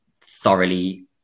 thoroughly